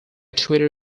twitter